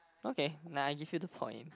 okay nah I give you the point